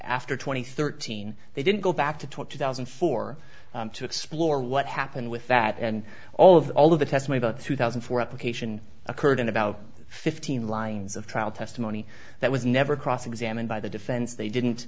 after twenty thirteen they didn't go back to talk two thousand and four to explore what happened with that and all of that all of the test me about two thousand four application occurred in about fifteen lines of trial testimony that was never cross examined by the defense they didn't